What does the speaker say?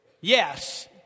yes